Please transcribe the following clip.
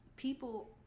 people